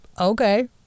okay